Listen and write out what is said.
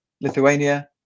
Lithuania